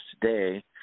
today